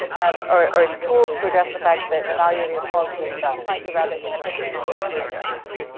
um, or or as tools to address the fact that evaluating a policy itself might be rather inefficient, and high-variance.